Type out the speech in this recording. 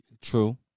true